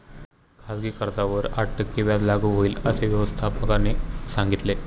खाजगी कर्जावर आठ टक्के व्याज लागू होईल, असे व्यवस्थापकाने सांगितले